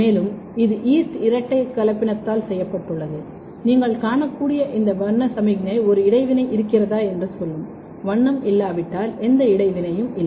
மேலும் இது ஈஸ்ட் இரண்டு கலப்பினத்தால் செய்யப்பட்டுள்ளது நீங்கள் காணக்கூடிய இந்த வண்ண சமிக்ஞை ஒரு இடைவினை இருக்கிறதா என்று சொல்லும் வண்ணம் இல்லாவிட்டால் எந்த இடைவினைÔம் இல்லை